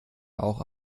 auch